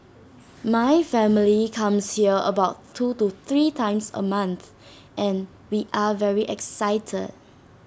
my family comes here about two or three times A month and we are very excited